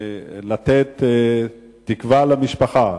לתת תקווה למשפחה,